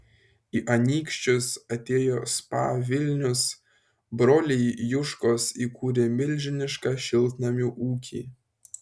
į anykščius atėjo spa vilnius broliai juškos įkūrė milžinišką šiltnamių ūkį